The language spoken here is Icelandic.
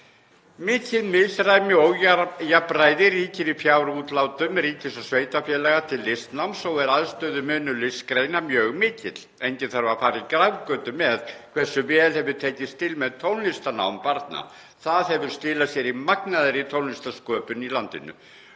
Mikið misræmi og ójafnræði ríkir í fjárútlátum ríkis og sveitarfélaga til listnáms og er aðstöðumunur listgreina mjög mikill. Enginn þarf að fara í grafgötur með hversu vel hefur tekist til með tónlistarnám barna. Það hefur skilað sér í magnaðri tónlistarsköpun í landinu.